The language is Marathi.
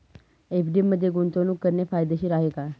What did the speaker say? एफ.डी मध्ये गुंतवणूक करणे फायदेशीर आहे का?